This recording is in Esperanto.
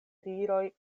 viroj